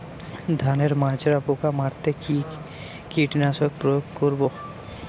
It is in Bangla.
ধানের মাজরা পোকা মারতে কি কীটনাশক প্রয়োগ করব?